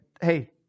hey